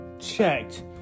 checked